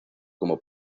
como